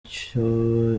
icyo